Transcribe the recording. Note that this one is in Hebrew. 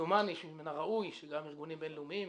דומני שמן הראוי שגם ארגונים בין-לאומיים,